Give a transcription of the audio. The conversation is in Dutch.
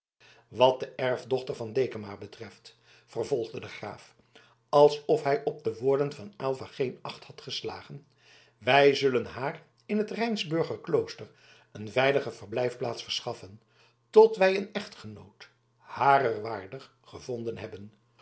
wat de erfdochter van dekama betreft vervolgde de graaf alsof hij op de woorden van aylva geen acht had geslagen wij zullen haar in het rijnsburger klooster een veilige verblijfplaats verschaffen tot wij een echtgenoot harer waardig gevonden hebben